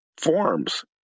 forms